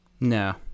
No